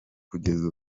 kugeza